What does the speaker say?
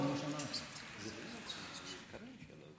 קארין שאלה.